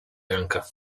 janka